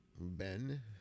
Ben